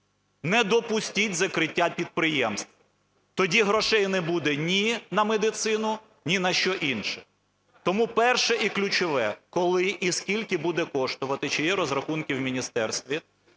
Не допустіть закриття підприємств, тоді грошей не буде ні на медицину, ні на що інше. Тому перше, і ключове: коли і скільки буде коштувати, чи є розрахунки у міністерстві,